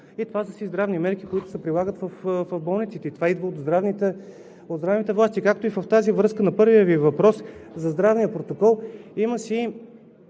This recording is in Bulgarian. И това са си здравни мерки, които се прилагат в болниците, и това идва от здравните власти. В тази връзка на първия Ви въпрос за здравния протокол – има си,